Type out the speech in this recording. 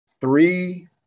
Three